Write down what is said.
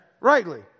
Rightly